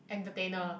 entertainer